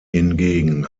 hingegen